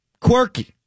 Quirky